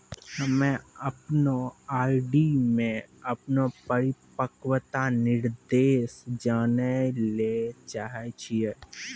हम्मे अपनो आर.डी मे अपनो परिपक्वता निर्देश जानै ले चाहै छियै